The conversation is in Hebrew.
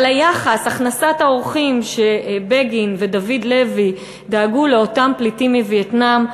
אבל הכנסת האורחים של בגין ודוד לוי שדאגו לאותם פליטים מווייטנאם,